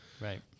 Right